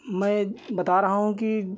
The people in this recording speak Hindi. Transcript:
मैं बता रहा हूँ कि